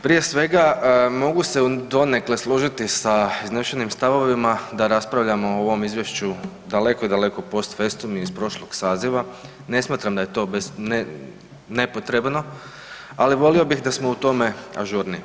Prije svega, mogu se donekle složiti sa iznešenim stavovima da raspravljamo o ovom izvješću daleko, daleko post festum i iz prošlog saziva, ne smatram da je to nepotrebno, ali volio bih da smo u tome ažurniji.